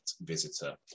visitor